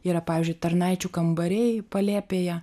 yra pavyzdžiui tarnaičių kambariai palėpėje